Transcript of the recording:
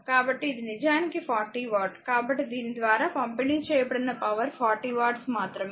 కాబట్టి ఇది నిజానికి 40 వాట్ కాబట్టి దీని ద్వారా పంపిణీ చేయబడిన పవర్ 40 వాట్స్ మాత్రమే